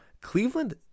Cleveland